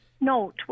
No